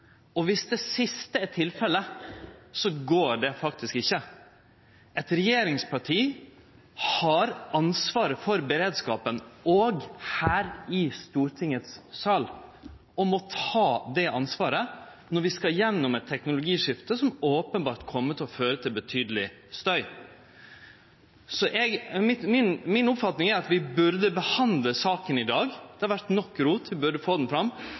det siste er tilfellet, går det faktisk ikkje an. Eit regjeringsparti har ansvaret for beredskapen òg her i Stortingets sal, og må ta det ansvaret, når vi skal gjennom eit teknologiskifte som openbert kjem til å føre til betydeleg støy. Mi oppfatning er at vi bør behandle saka i dag – det har vore nok rot, vi bør få ho fram